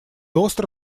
остро